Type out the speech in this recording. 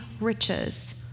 riches